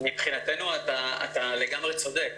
מבחינתנו אתה לגמרי צודק.